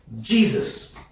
Jesus